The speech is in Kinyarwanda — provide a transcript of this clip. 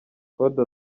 kode